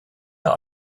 der